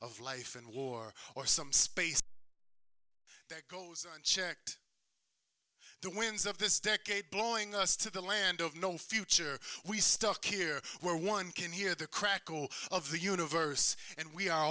of life and war or some space that goes unchecked the winds of this decade blowing us to the land of no future we stuck here where one can hear the crackle of the universe and we are